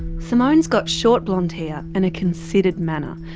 simone's got short blonde hair and a considered manner.